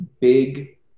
big